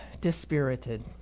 dispirited